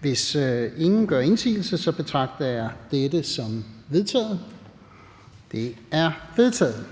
Hvis ingen gør indsigelse, betragter jeg dette som vedtaget. Det er vedtaget.